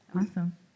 Awesome